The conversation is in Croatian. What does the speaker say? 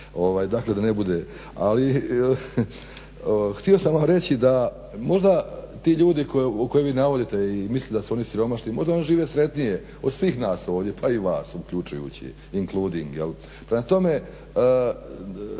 htio sam vam reći da možda ti ljudi koje vi navodite i mislite da su oni siromašni, možda oni žive sretnije od svih nas ovdje pa i vas uključujući, including, jel.